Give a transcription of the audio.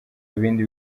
ibindi